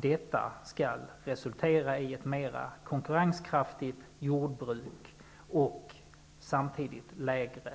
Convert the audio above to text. Detta skall resultera i ett mera konkurrenskraftigt jordbruk och i lägre